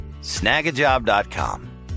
Snagajob.com